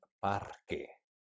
parque